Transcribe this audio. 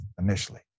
initially